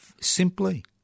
Simply